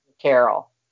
Carol